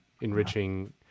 enriching